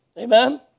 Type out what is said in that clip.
Amen